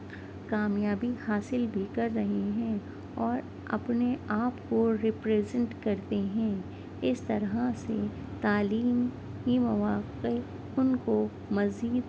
کامیابی حاصل بھی کر رہے ہیں اور اپنے آپ کو ریپریزینٹ کرتے ہیں اس طرح سے تعلیمی مواقع ان کو مزید